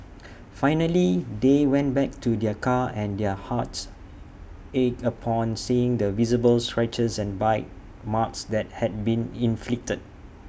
finally they went back to their car and their hearts ached upon seeing the visible scratches and bite marks that had been inflicted